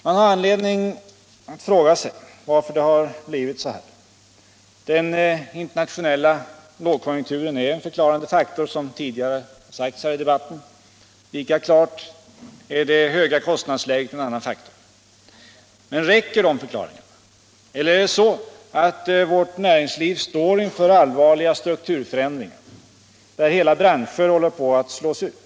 Man har anledning att fråga sig varför det har blivit så här illa. Den internationella lågkonjunkturen är en förklarande faktor, som tidigare sagts. Lika klart är det höga kostnadsläget en annan faktor. Men räcker de förklaringarna? Eller är det så att vårt näringsliv står inför allvarliga strukturförändringar, där hela branscher håller på att slås ut?